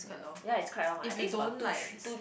ya it's quite long I think it's about two three two